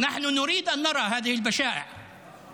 אנחנו רוצים לראות את הכיעור הזה.